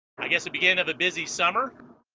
i guess it begin of a busy summer